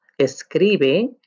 Escribe